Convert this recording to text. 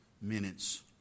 minutes